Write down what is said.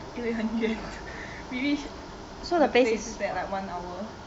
因为很远 we reach the place in like one hour